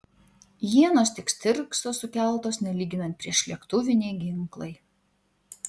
ienos tik stirkso sukeltos nelyginant priešlėktuviniai ginklai